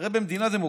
הרי במדינה דמוקרטית,